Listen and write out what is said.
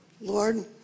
Lord